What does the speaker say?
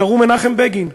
קראו מנחם בגין,